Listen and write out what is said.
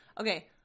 Okay